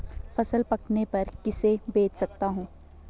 फसल पकने पर किसे बेच सकता हूँ?